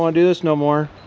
and do this no more.